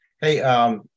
Hey